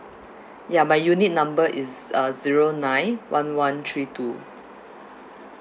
ya my unit number is uh zero nine one one three two